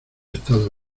estado